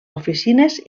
oficines